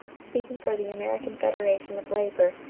speaking for the american federation of labor,